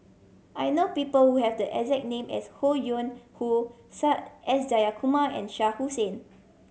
I know people who have the exact name as Ho Yuen Hoe S Jayakumar and Shah Hussain